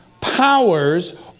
powers